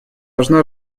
должна